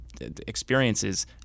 experiences